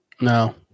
No